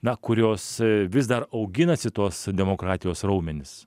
na kurios vis dar auginasi tos demokratijos raumenis